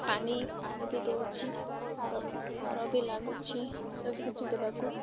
ପାନି ପାନି ବି ଦେଉଛି ସାର ସାର ବି ଲାଗୁଛି ସବୁକିଛି ଦେବାକୁ